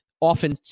often